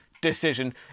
decision